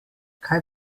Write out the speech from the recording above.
kaj